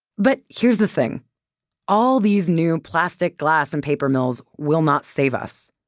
but here's the thing all these new plastic, glass, and paper mills will not save us.